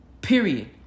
Period